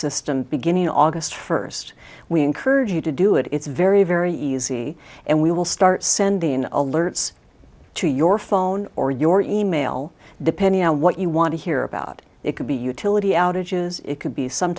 system beginning august first we encourage you to do it it's very very easy and we will start sending alerts to your phone or your e mail depending on what you want to hear about it could be utility outages it could be some